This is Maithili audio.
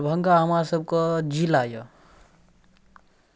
तऽ अहाँ जे छै अपन चश्मा वापस लऽ जाउ